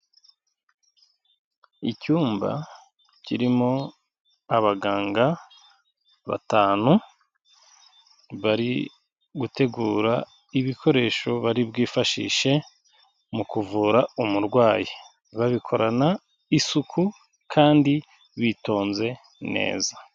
Icyumba kirimo abaganga batanu bari gutegura ibikoresho bari bwifashishe mu kuvura umurwayi babikorana isuku kandi bitonze neza.